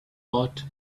bought